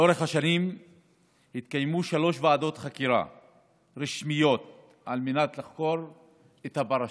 לאורך השנים התקיימו שלוש ועדות חקירה רשמיות על מנת לחקור את הפרשה.